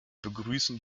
begrüßen